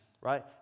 right